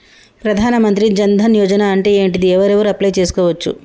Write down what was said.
ప్రధాన మంత్రి జన్ ధన్ యోజన అంటే ఏంటిది? ఎవరెవరు అప్లయ్ చేస్కోవచ్చు?